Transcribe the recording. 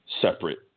separate